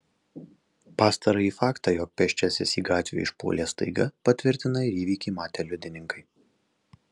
pastarąjį faktą jog pėsčiasis į gatvę išpuolė staiga patvirtina ir įvykį matę liudininkai